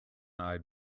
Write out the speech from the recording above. eyed